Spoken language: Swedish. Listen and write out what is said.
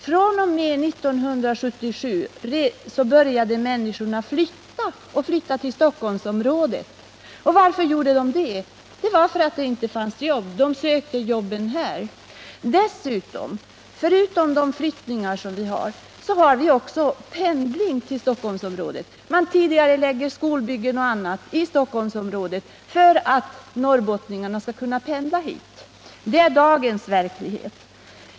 Från 1977 började ju människorna att flytta till Stockholmsområdet. Varför gjorde de det? Det var för att det inte fanns jobb. De sökte jobben här. Och förutom de flyttningar vi haft har vi också pendling till Stockholmsområdet. Man tidigarelägger skolbyggen och annat i Stockholmsområdet för att norrbottningarna skall pendla hit. Det är dagens verklighet.